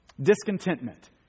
Discontentment